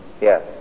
yes